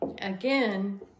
again